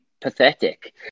pathetic